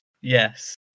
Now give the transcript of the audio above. yes